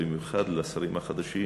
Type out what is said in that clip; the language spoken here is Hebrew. במיוחד לשרים החדשים,